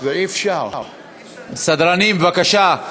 סדרנים, בבקשה.